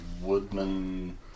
woodman